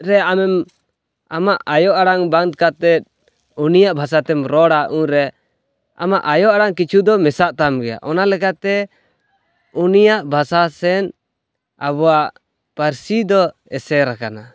ᱨᱮ ᱟᱢᱮᱢ ᱟᱢᱟᱜ ᱟᱭᱚ ᱟᱲᱟᱝ ᱵᱟᱫᱽ ᱠᱟᱛᱮᱫ ᱩᱱᱤᱭᱟᱜ ᱵᱷᱟᱥᱟᱛᱮᱢ ᱨᱚᱲᱟ ᱩᱱᱨᱮ ᱟᱢᱟᱜ ᱟᱭᱳ ᱟᱲᱟᱝ ᱠᱤᱪᱷᱩ ᱫᱚ ᱢᱮᱥᱟᱜ ᱛᱟᱢ ᱜᱮᱭᱟ ᱚᱱᱟ ᱞᱮᱠᱟᱛᱮ ᱩᱱᱤᱭᱟᱜ ᱵᱷᱟᱥᱟ ᱥᱮᱱ ᱟᱵᱚᱣᱟᱜ ᱯᱟᱹᱨᱥᱤ ᱫᱚ ᱮᱥᱮᱨ ᱟᱠᱟᱱᱟ